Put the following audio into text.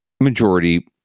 majority